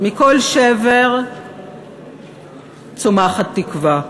מכל שבר צומחת תקווה,